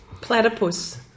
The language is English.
Platypus